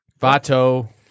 Vato